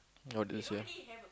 oh this ya